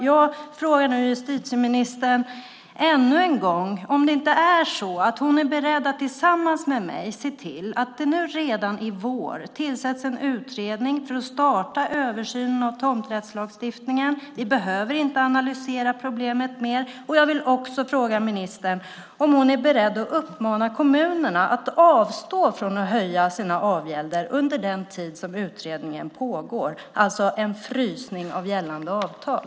Jag frågar nu justitieministern ännu en gång om hon är beredd att tillsammans med mig se till att det redan i vår tillsätts en utredning för att starta översynen av tomträttslagstiftningen. Man behöver inte analysera problemet mer. Jag vill också fråga om hon är beredd att uppmana kommunerna att avstå från att höja sina avgälder under den tid som utredningen pågår, det vill säga en frysning av gällande avtal.